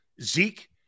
Zeke